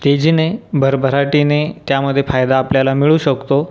तेजीने भरभराटीने त्यामध्ये फायदा आपल्याला मिळू शकतो